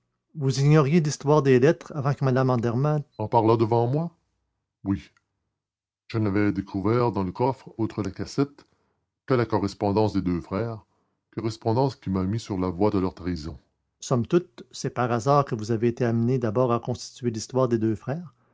vous ignoriez l'histoire des lettres avant que mme andermatt en parlât devant moi oui je n'avais découvert dans le coffre outre la cassette que la correspondance des deux frères correspondance qui m'a mis sur la voie de leur trahison somme toute c'est par hasard que vous avez été amené d'abord à reconstituer l'histoire des deux frères